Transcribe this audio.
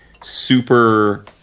super